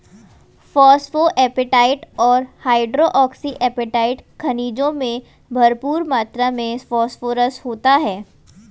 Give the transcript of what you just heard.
phosphoapatite और hydroxyapatite खनिजों में भरपूर मात्र में फोस्फोरस होता है